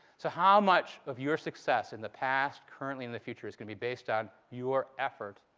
so how much of your success in the past, currently, and the future is going be based on your effort?